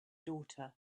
daughter